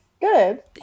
good